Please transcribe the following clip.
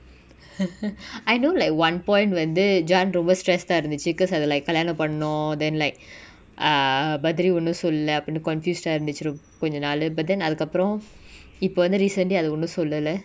I know like one point வந்து:vanthu john ரொம்ப:romba stressed ah இருந்துச்சு:irunthuchu because அது:athu like கலியானோ பன்னு:kaliyano pannu then like err bathri ஒன்னு சொல்ல அப்டினு:onnu solla apdinu confused ah இருந்துச்சு:irunthuchu rup~ கொஞ்ச நாலு:konja naalu but then அதுகப்ரோ:athukapro இப்ப வந்து:ippa vanthu recently அது ஒன்னு சொல்லல:athu onnu sollala